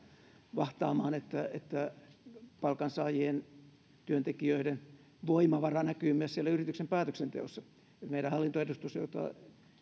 vahtaamaan että että palkansaajien työntekijöiden voimavara näkyy myös siellä yrityksen päätöksenteossa meidän hallintoedustus jota